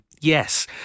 yes